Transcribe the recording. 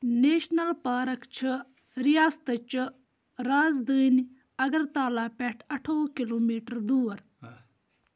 national park چھِ رِیاستہٕ چہِ رازدٲنۍ اَگرتالہ پٮ۪ٹھ اَٹھووُہ کِلوٗ میٖٹر دوٗر